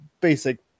basic